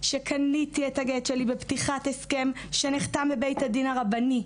שקניתי את הגט שלי בפתיחת הסכם שנחתם לבית הדין הרבני,